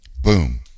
Boom